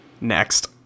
Next